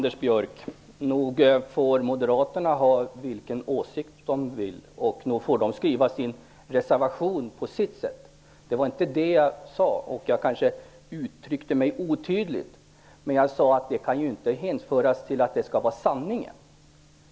Fru talman! Nog får moderaterna ha vilken åsikt de vill, Anders Björck, och nog får de skriva sin reservation på sitt sätt. Det var inte det jag invände mot. Jag kanske uttryckte mig otydligt, men jag menade att det som står i moderaternas reservation ju inte kan påstås vara sanningen.